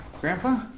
Grandpa